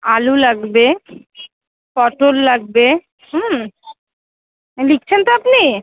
আলু লাগবে পটল লাগবে হুম লিখছেন তো আপনি